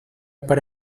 para